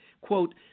quote